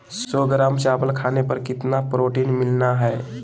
सौ ग्राम चावल खाने पर कितना प्रोटीन मिलना हैय?